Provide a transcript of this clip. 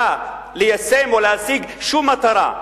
ליישם או להשיג שום מטרה,